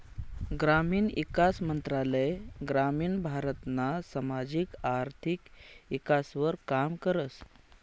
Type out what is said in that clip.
ग्रामीण ईकास मंत्रालय ग्रामीण भारतना सामाजिक आर्थिक ईकासवर काम करस